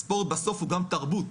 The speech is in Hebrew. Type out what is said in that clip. הספורט בסוף הוא גם תרבות.